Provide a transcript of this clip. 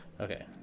Okay